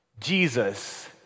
Jesus